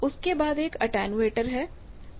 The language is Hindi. उसके बाद एक एटेन्यूएटर है